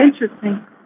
Interesting